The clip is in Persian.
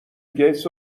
گیتس